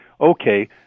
okay